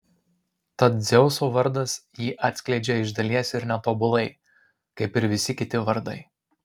tad dzeuso vardas jį atskleidžia iš dalies ir netobulai kaip ir visi kiti vardai